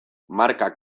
markak